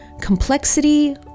complexity